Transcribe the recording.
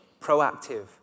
proactive